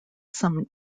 some